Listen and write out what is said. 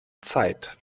zeit